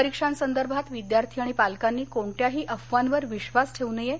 परीक्षांसंदर्भात विद्यार्थी आणि पालकांनी कोणत्याही अफवांवर विश्वास ठेवू नये